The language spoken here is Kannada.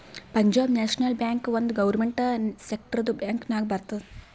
ಪಂಜಾಬ್ ನ್ಯಾಷನಲ್ ಬ್ಯಾಂಕ್ ಒಂದ್ ಗೌರ್ಮೆಂಟ್ ಸೆಕ್ಟರ್ದು ಬ್ಯಾಂಕ್ ನಾಗ್ ಬರ್ತುದ್